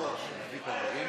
חבר הכנסת יעקב.